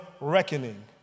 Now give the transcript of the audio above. reckoning